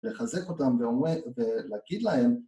לחזק אותם ולהגיד להם